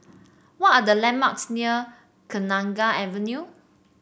what are the landmarks near Kenanga Avenue